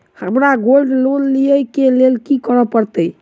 हमरा gold loan लिय केँ लेल की करऽ पड़त?